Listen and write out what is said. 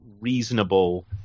reasonable